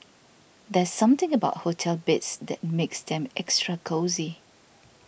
there's something about hotel beds that makes them extra cosy